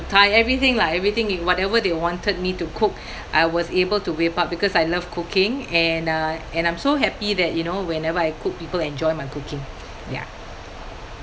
thai everything lah everything you whatever they wanted me to cook I was able to whip up because I love cooking and uh and I'm so happy that you know whenever I cook people enjoy my cooking ya